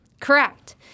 Correct